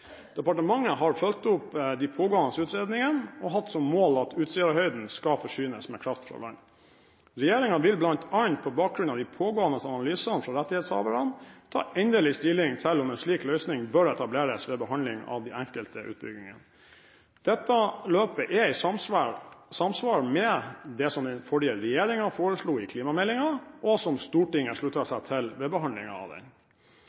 Departementet har fulgt opp de pågående utredningene og hatt som mål at Utsirahøyden skal forsynes med kraft fra land. Regjeringen vil bl.a. på bakgrunn av de pågående analysene fra rettighetshaverne ta endelig stilling til om en slik løsning bør etableres ved behandlingen av de enkelte utbyggingene. Dette løpet er i samsvar med det som den forrige regjeringen foreslo i klimameldingen, og som Stortinget sluttet seg til ved behandlingen av den.